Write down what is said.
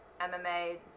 MMA